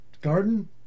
Garden